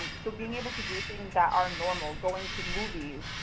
so being able to do things that are normal, going to movies,